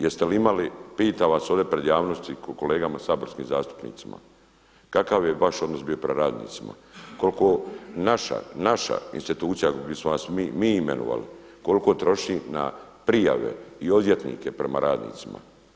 Jeste li imali, pitam vas ovdje pred javnosti, kolegama saborskim zastupnicima, kakav je vaš odnos bio prema radnicima, koliko naša, naša institucija ako bismo vas mi imenovali, koliko troši na prijave i odvjetnike prema radnicima?